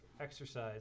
exercise